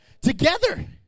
together